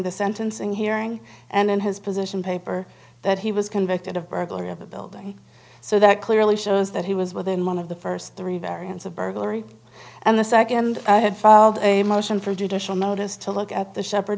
the sentencing hearing and in his position paper that he was convicted of burglary of a building so that clearly shows that he was within one of the first three variants of burglary and the second i had filed a motion for judicial notice to look at the shepherd